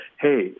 Hey